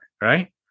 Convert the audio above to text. Right